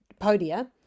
Podia